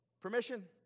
permission